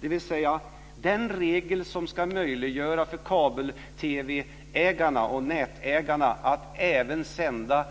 Det betyder att den regel som ska möjliggöra för kabel-TV-ägarna och nätägarna att även sända